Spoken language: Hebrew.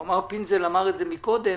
פינזל אמר את זה קודם,